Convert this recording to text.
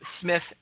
smith